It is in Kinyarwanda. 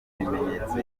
ibimenyetso